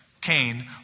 Cain